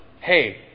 hey